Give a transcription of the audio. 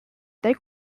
they